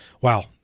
wow